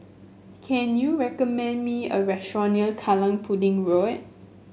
can you recommend me a restaurant near Kallang Pudding Road